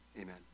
amen